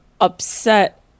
upset